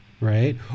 right